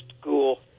school